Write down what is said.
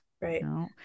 Right